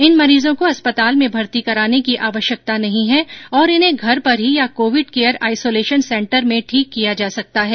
इन मरीजों को अस्पताल में भर्ती कराने की आवश्यकता नहीं है और इन्हें घर पर ही या कोविड केयर आइसोलेशन सेंटर में ठीक किया जा सकता है